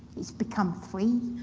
it's become three.